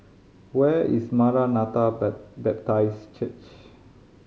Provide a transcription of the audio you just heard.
where is Maranatha Baptist Church